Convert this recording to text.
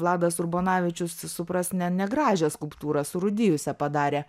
vladas urbonavičius supras ne ne gražią skulptūrą surūdijusią padarė